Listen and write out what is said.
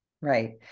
right